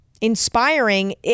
inspiring